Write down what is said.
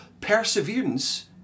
perseverance